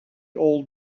old